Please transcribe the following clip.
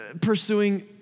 pursuing